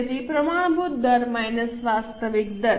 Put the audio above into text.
તેથી પ્રમાણભૂત દર વાસ્તવિક દર